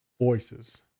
Voices